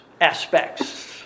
aspects